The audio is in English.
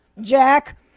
Jack